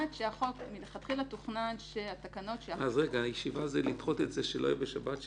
מלכתחילה תוכנן שהתקנות --- הישיבה זה לדחיית התקנות שלא יהיו בשבת,